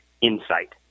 insight